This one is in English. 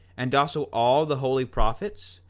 and also all the holy prophets,